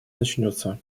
начнется